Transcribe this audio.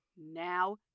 Now